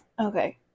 okay